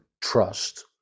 trust